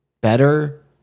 better